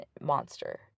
monster